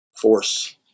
force